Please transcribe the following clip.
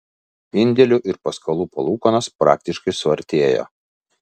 indėlių ir paskolų palūkanos praktiškai suartėjo